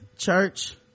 church